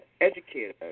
Educator